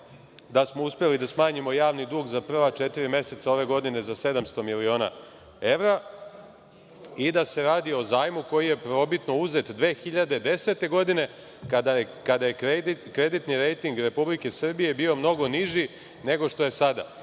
da smo uspeli da smanjimo javni dug za prva četiri meseca ove godine za 700 miliona evra i da se radi o zajmu koji je prvobitno uzet 2010. godine kada je kreditni rejting Republike Srbije bio mnogo niži nego što je sada.